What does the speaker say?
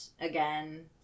again